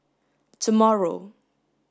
tomorrow